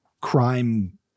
crime